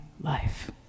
life